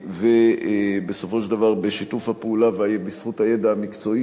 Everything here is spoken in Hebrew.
ובסופו של דבר בשיתוף הפעולה ובזכות הידע המקצועי